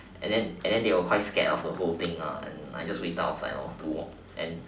and then and then they were quite scared of the whole thing ah and I just waited outside lor to and